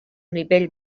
nivell